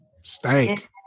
Stank